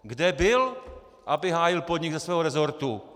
Kde byl, aby hájil podnik ze svého resortu?!